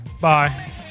Bye